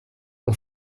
ont